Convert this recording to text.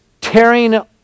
tearing